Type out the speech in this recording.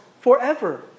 forever